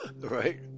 Right